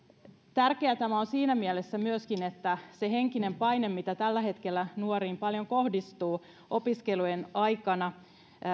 tärkeää tämä on siinä mielessä myöskin että siitä henkisestä paineesta mitä tällä hetkellä nuoriin paljon kohdistuu opiskelujen aikana